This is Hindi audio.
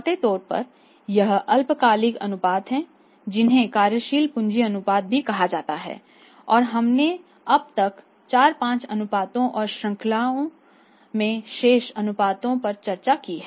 मोटे तौर पर ये अल्पकालिक अनुपात हैं जिन्हें कार्यशील पूंजी अनुपात भी कहा जाता है और हमने अब तक 4 5 अनुपातों और श्रृंखला में शेष अनुपातों पर चर्चा की है